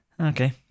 Okay